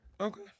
Okay